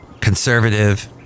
Conservative